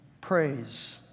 praise